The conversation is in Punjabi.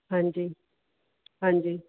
ਹਾਂਜੀ ਹਾਂਜੀ